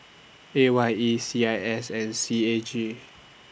A Y E C I S and C A G